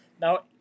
now